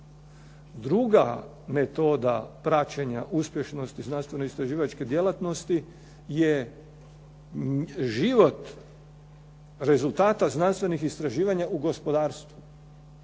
Druga metoda praćenja uspješnosti znanstveno-istraživačke djelatnosti je život rezultata znanstvenih istraživanja u gospodarstvu,